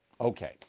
Okay